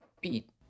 beat